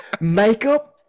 makeup